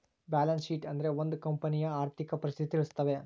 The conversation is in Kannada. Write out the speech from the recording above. ಬ್ಯಾಲನ್ಸ್ ಶೀಟ್ ಅಂದ್ರೆ ಒಂದ್ ಕಂಪನಿಯ ಆರ್ಥಿಕ ಪರಿಸ್ಥಿತಿ ತಿಳಿಸ್ತವೆ